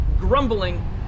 grumbling